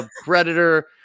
Predator